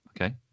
okay